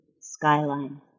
skyline